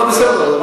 בסדר.